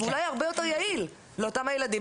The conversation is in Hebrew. שיהיה אולי הרבה יותר יעיל לאותם ילדים.